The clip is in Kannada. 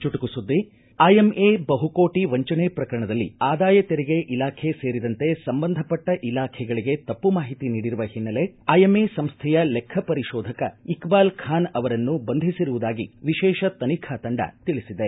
ಚುಟುಕು ಸುದ್ದಿ ಐಎಂಎ ಬಹುಕೋಟ ವಂಚನೆ ಪ್ರಕರಣದಲ್ಲಿ ಆದಾಯ ತೆರಿಗೆ ಇಲಾಖೆ ಸೇರಿದಂತೆ ಸಂಬಂಧಪಟ್ಟ ಎಲ್ಲ ಇಲಾಖೆಗಳಗೆ ತಪ್ಪು ಮಾಹಿತಿ ನೀಡಿರುವ ಹಿನ್ನೆಲೆ ಐಎಂಎ ಸಂಸ್ಥೆಯ ಲೆಖ್ವ ಪರಿಶೋಧಕ ಇಕ್ಷಾಲ್ ಖಾನ್ ಅವರನ್ನು ಬಂಧಿಸಿರುವುದಾಗಿ ವಿಶೇಷ ತನಿಖಾ ತಂಡ ತಿಳಿಸಿದೆ